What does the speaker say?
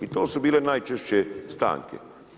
To su bile najčešće stanke.